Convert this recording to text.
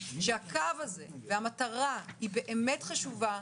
הקו והמטרה היא באמת חשובה.